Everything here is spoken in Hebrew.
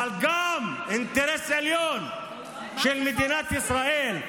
אבל גם אינטרס עליון של מדינת ישראל.